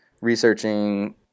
researching